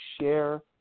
share